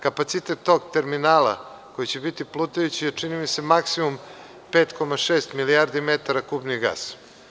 Kapacitet tog terminala, koji će biti plutajući, će biti, čini mi se, maksimum 5,6 milijardi metara kubnih gasa.